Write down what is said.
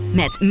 met